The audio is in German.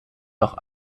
noch